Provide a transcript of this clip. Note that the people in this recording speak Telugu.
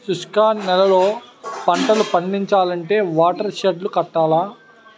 శుష్క నేలల్లో పంటలు పండించాలంటే వాటర్ షెడ్ లు కట్టాల